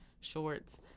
shorts